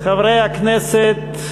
חברי הכנסת,